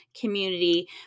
community